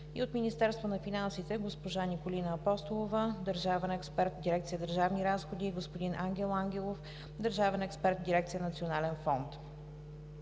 и от Министерство на финансите: госпожа Николина Апостолова – държавен експерт в дирекция „Държавни разходи“, и господин Ангел Ангелов – държавен експерт в дирекция „Национален фонд“.